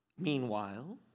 Meanwhile